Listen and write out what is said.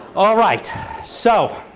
all right so